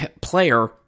player